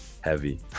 heavy